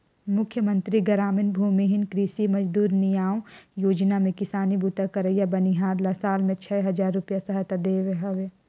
मुख्यमंतरी गरामीन भूमिहीन कृषि मजदूर नियाव योजना में किसानी बूता करइया बनिहार ल साल में छै हजार रूपिया सहायता देहे हवे